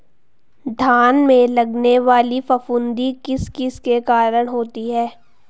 धान में लगने वाली फफूंदी किस किस के कारण होती है?